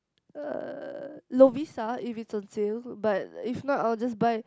uh Lovisa if it's on sale but if not I will just buy